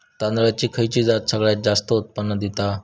तांदळाची खयची जात सगळयात जास्त उत्पन्न दिता?